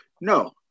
No